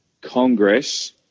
Congress